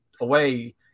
away